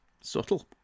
Subtle